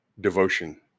devotion